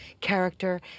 character